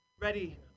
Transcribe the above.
ready